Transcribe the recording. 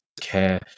care